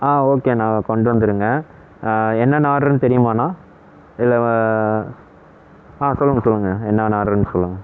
ஆ ஓகேண்ணா கொண்டுவந்துவிடுங்க ஆ என்னென்னால் ஆடர்ன்னு தெரியுமாண்ணா இல்லை ஆ சொல்லுங்கள் சொல்லுங்கள் என்னென்ன ஆடர்ன்னு சொல்லுங்கள்